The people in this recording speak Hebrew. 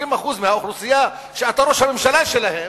20% מהאוכלוסייה שאתה ראש הממשלה שלהם,